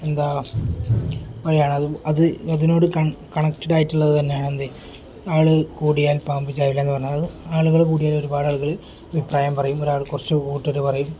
എന്താണ് വഴിയാണ് അത് അത് അതിനോട് കണക്റ്റഡ ആയിട്ടുള്ളത് തന്നെയാണ് എന്ത് ആൾ കൂടിയാൻ പാമ്പ് ചാവില്ല എന്ന് പറഞ്ഞത് ആളുകൾ കൂടിയാൽ ഒരുപാട് ആളുകൾ അഭിപ്രായം പറയും ഒരാൾ കുറച്ചു കൂടുതൽ പറയും